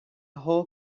whole